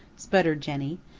sputtered jenny.